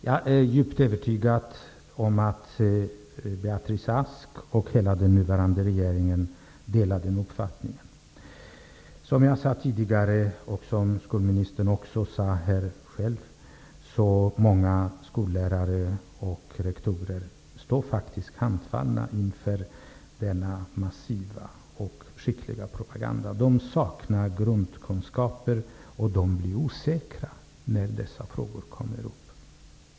Jag är djupt övertygad om att Beatrice Ask och hela den nuvarande regeringen delar den här uppfattningen. Som jag sagt tidigare och som skolministern själv också sagt här i dag står faktiskt många skollärare och rektorer handfallna inför denna massiva och skickliga propaganda. De saknar grundkunskaper och de blir osäkra när dessa frågor kommer upp.